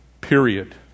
Period